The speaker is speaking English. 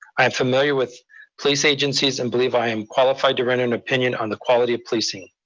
i am familiar with police agencies, and believe i am qualified to render an opinion on the quality of policing.